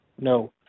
no